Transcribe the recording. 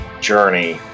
journey